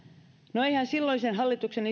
no eiväthän silloisessa hallituksessa